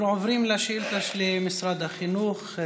אנחנו עוברים לשאילתות למשרד החינוך.